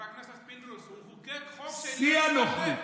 חבר הכנסת פינדרוס, הוא חוקק חוק, שיא הנוכלות,